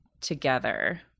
together